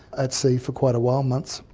at sea for quite a while, months,